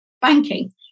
banking